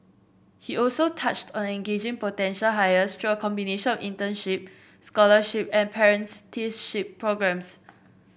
he also touched on engaging potential hires through a combination of internship scholarship and apprenticeship programmes